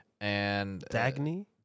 Dagny